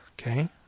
Okay